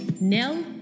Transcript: Nell